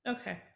okay